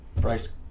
Bryce